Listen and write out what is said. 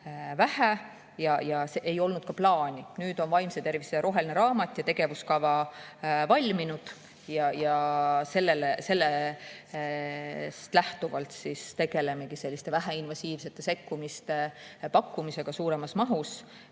vähe ja seni ei olnud neid ka plaanis. Nüüd on vaimse tervise roheline raamat ja tegevuskava valminud ja sellest lähtuvalt tegelemegi selliste väheinvasiivsete sekkumiste pakkumisega suuremas mahus,